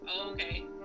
Okay